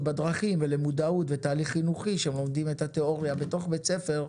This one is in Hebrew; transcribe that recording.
בדרכים ולמודעות של תהליך חינוכי שהם לומדים את התיאוריה בתוך בית ספר,